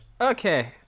Okay